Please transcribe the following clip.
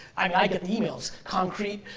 i get the emails, concrete,